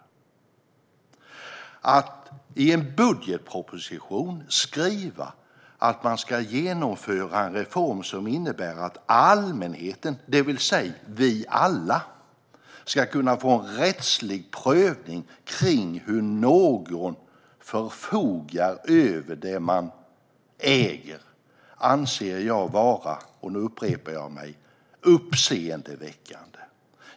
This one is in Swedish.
Att i en budgetproposition skriva att man ska genomföra en reform som innebär att allmänheten, det vill säga vi alla, ska kunna få en rättslig prövning av hur någon förfogar över sin egendom anser jag vara, och nu upprepar jag mig, uppseendeväckande.